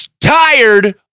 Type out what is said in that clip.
tired